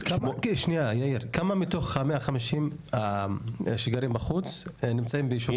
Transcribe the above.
כמה מתוך ה-150,000 שגרים בחוץ נמצאים ביישובים?